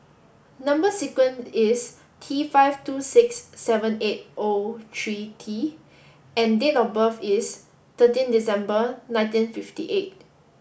number sequence is T five two six seven eight O three T and date of birth is thirteen December nineteen fifty eight